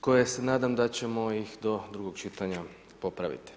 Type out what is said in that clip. koje se nadam se da ćemo ih do drugog čitanja popraviti.